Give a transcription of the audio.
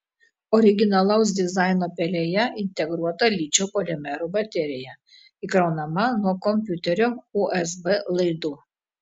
originalaus dizaino pelėje integruota ličio polimerų baterija įkraunama nuo kompiuterio usb laidu